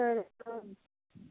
तर